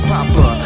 Papa